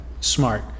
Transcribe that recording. smart